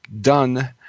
done